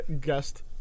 guest